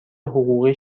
حقوقی